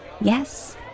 Yes